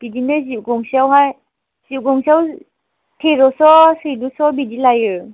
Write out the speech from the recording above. बिदिनो गंसेआवहाय जिप गंसेआव टेर'स' सैद्द'स' बिदि लायो